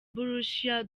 borussia